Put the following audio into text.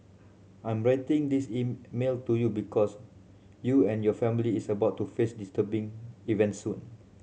I'm writing this email to you because you and your family is about to face disturbing events soon